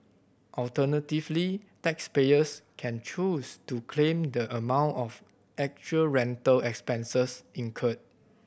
alternatively taxpayers can choose to claim the amount of actual rental expenses incurred